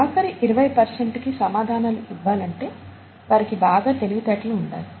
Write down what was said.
ఆఖరి 20 పర్సెంట్ కి సమాధానాలు ఇవ్వాలంటే వారికి బాగా తెలివి తెలివితేటలు ఉండాలి